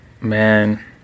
Man